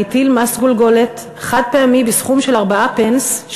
מס גולגלת חד-פעמי בסכום של 4 פנס,